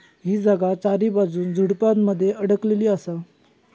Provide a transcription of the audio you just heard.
ही जागा चारीबाजून झुडपानमध्ये अडकलेली असा